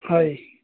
হয়